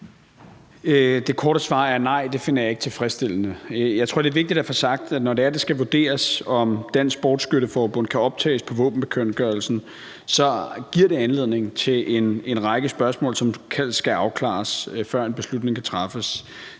Det korte svar er: Nej, det finder jeg ikke tilfredsstillende. Jeg tror, det er vigtigt at få sagt, at når det skal vurderes, om Dansk Sportsskytte Forbund kan optages på våbenbekendtgørelsen, så giver det anledning til en række spørgsmål, som skal afklares, før en beslutning kan træffes.